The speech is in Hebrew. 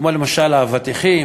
למשל אבטיחים,